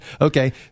okay